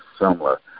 similar